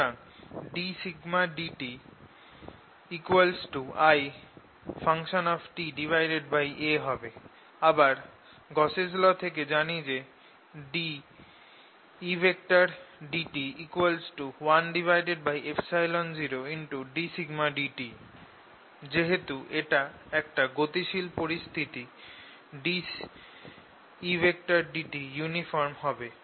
সুতরাং dσdt ItA হবে আবার গাউসস ল থেকে জানি যে dEdt 10 dσdt যেহেতু এটা একটা গতিশীল পরিস্থিতি dEdt ইউনিফর্ম হবে